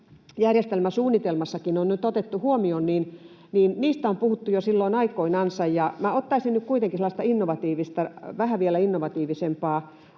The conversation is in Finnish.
järjestelmäsuunnitelmassakin on nyt otettu huomioon, on puhuttu jo silloin aikoinansa. Minä ottaisin nyt kuitenkin sellaista vielä vähän innovatiivisempaa